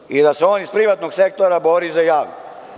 Rekao je i da se on iz privatnog sektora bori za javni.